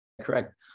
Correct